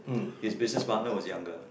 his business partner was younger